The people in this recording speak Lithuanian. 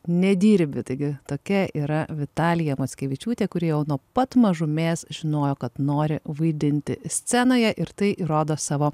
nedirbi taigi tokia yra vitalija mockevičiūtė kuri jau nuo pat mažumės žinojo kad nori vaidinti scenoje ir tai įrodo savo